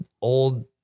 old